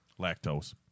Lactose